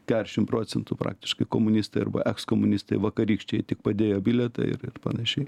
keturiasdešim procentų praktiškai komunistai arba ekskomunistai vakarykščiai tik padėjo bilietą ir ir panašiai